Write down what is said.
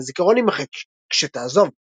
תוכן הזיכרון יימחק כשתעזוב.